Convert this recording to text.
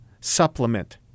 supplement